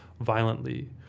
violently